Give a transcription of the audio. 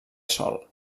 sol